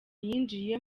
yinjiye